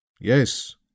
Yes